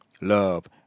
love